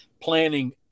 planning